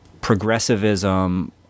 progressivism